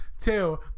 Two